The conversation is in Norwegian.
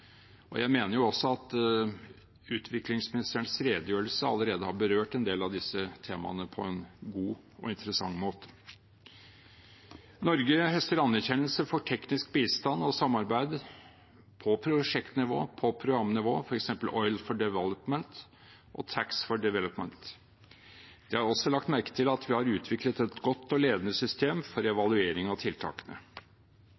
og jeg mener også at utviklingsministerens redegjørelse allerede har berørt en del av disse temaene på en god og interessant måte. Norge høster anerkjennelse for teknisk bistand og samarbeid på prosjektnivå og programnivå, f.eks. «Oil for Development» og «Tax for Development». Det er også lagt merke til at vi har utviklet et godt og ledende system for